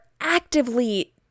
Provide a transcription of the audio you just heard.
actively